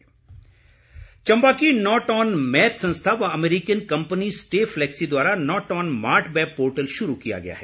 portal Chamba की Not On Map संस्था व अमेरिकन कम्पनी स्टे फ्लैक्सी द्वारा Not On Mart web portal शुरू किया गया है